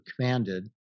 commanded